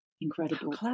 incredible